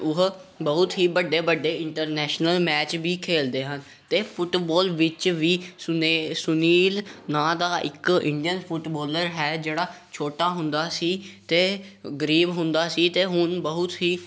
ਉਹ ਬਹੁਤ ਹੀ ਵੱਡੇ ਵੱਡੇ ਇੰਟਰਨੈਸ਼ਨਲ ਮੈਚ ਵੀ ਖੇਡਦੇ ਹਨ ਅਤੇ ਫੁੱਟਬੋਲ ਵਿੱਚ ਵੀ ਸੁਨੀ ਸੁਨੀਲ ਨਾਂ ਦਾ ਇੱਕ ਇੰਡੀਅਨ ਫੁੱਟਬੋਲਰ ਹੈ ਜਿਹੜਾ ਛੋਟਾ ਹੁੰਦਾ ਸੀ ਅਤੇ ਗਰੀਬ ਹੁੰਦਾ ਸੀ ਅਤੇ ਹੁਣ ਬਹੁਤ ਹੀ